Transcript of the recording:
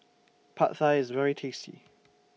Pad Thai IS very tasty